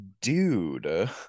Dude